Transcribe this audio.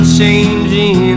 changing